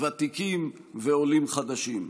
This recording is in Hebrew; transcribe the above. ותיקים ועולים חדשים.